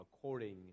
according